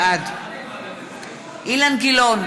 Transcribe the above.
בעד אילן גילאון,